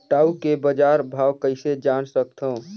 टाऊ के बजार भाव कइसे जान सकथव?